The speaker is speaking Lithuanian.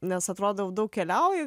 nes atrodo jau daug keliauju